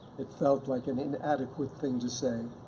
it felt like an inadequate thing to say.